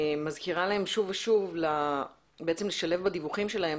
ומזכירה להם שוב ושוב לשלב בדיווחים שלהם,